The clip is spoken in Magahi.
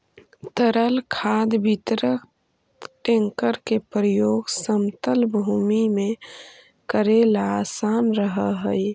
तरल खाद वितरक टेंकर के प्रयोग समतल भूमि में कऽरेला असान रहऽ हई